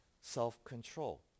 self-control